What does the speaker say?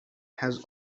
has